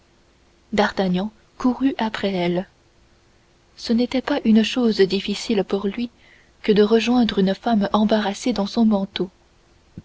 d'artagnan courut après elle ce n'était pas une chose difficile pour lui que de rejoindre une femme embarrassée dans son manteau